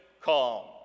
calm